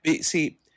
See